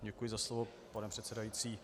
Děkuji za slovo, pane předsedající.